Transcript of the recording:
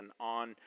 on